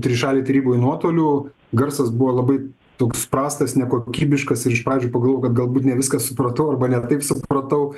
trišalėj taryboj nuotoliu garsas buvo labai toks prastas nekokybiškas ir iš pradžių pagalvojau kad galbūt ne viską supratau arba ne taip supratau